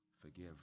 forgive